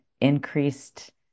increased